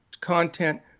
content